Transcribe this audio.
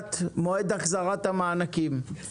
סוגיית מועד החזרת המענקים.